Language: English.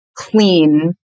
clean